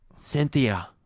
Cynthia